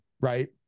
right